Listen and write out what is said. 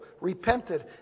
repented